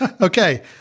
okay